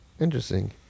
interesting